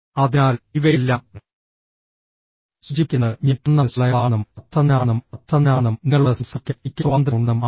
അതിനാൽ ഇവയെല്ലാം സൂചിപ്പിക്കുന്നത് ഞാൻ തുറന്ന മനസ്സുള്ളയാളാണെന്നും സത്യസന്ധനാണെന്നും സത്യസന്ധനാണെന്നും നിങ്ങളോട് സംസാരിക്കാൻ എനിക്ക് സ്വാതന്ത്ര്യമുണ്ടെന്നും ആണ്